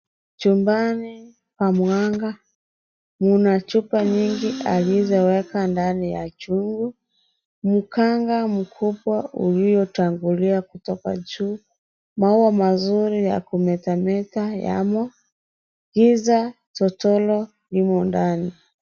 Chumbani pa mganga mna chupa mingi alizoweka ndani ya chungu. Mkanga mkubwa uliotangulia kutoka juu, maua mazuri ya kumetameta yamo. Giza totoro limo ndani.